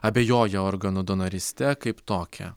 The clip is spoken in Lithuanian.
abejojo organų donoryste kaip tokia